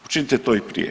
Učinite to i prije.